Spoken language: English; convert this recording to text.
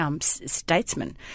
statesman